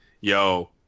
yo